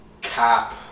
Cap